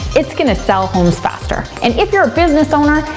it's gonna sell homes faster. and if you're a business owner,